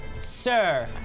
Sir